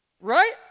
Right